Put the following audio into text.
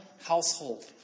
household